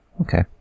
Okay